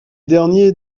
derniers